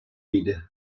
idi